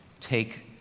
take